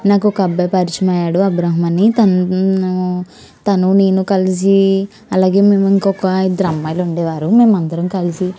నాకు ఒక అబ్బాయి పరిచయం అయ్యాడు అబ్రహం అని తను తను నేను కలిసి అలాగే మేము ఇంకొక ఇద్దరు అమ్మాయిలు ఉండేవారు మేమందరం కలిసి